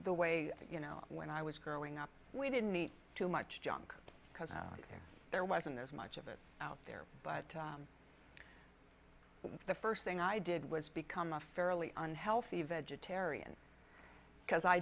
the way you know when i was growing up we didn't eat too much junk because there wasn't as much of it out there but the first thing i did was become a fairly unhealthy vegetarian because i